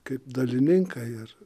kaip dalininkai ir